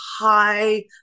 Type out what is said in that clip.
high